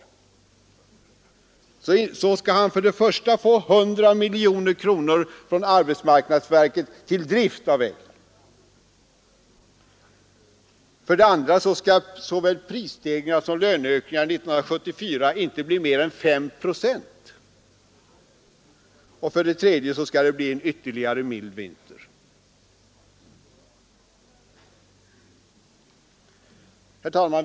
Han skall då för det första få 100 miljoner kronor från arbetsmarknadsverket till drift av vägar. För det andra skall såväl prisstegringar som löneökningar år 1974 inte bli mer än 5 procent. För det tredje skall det bli ytterligare en mild vinter. Herr talman!